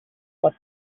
what